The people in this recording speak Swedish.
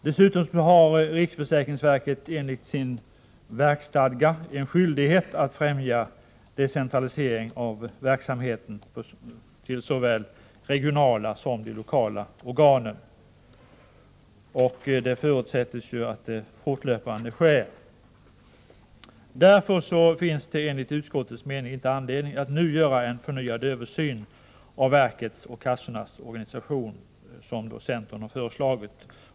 Dessutom har riksförsäkringsverket enligt sin verksstadga en skyldighet att främja decentralisering av verksamheten till såväl regionala som lokala organ och förutsätts fortlöpande verka för att så sker. Därför finns det enligt utskottets mening inte anledning att nu göra en förnyad översyn av verkets och kassornas organisation, vilket centern har föreslagit.